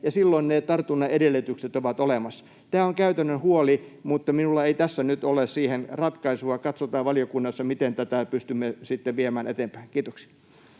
ja silloin ne tartunnan edellytykset ovat olemassa. Tämä on käytännön huoli, mutta minulla ei tässä nyt ole siihen ratkaisua. Katsotaan valiokunnassa, miten tätä pystymme viemään eteenpäin. — Kiitoksia.